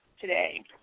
today